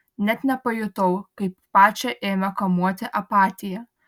net nepajutau kaip pačią ėmė kamuoti apatija